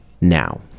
now